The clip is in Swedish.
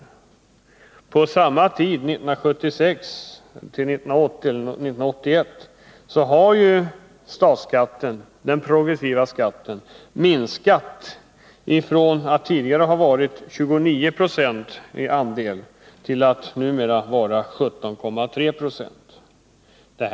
Under tiden 1976-1981 har statsskatten, den progressiva skatten, minskat från en andel på 29 9 till en andel på 17,3 96.